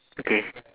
okay